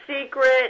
secret